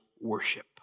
worship